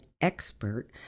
expert